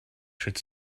should